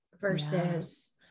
versus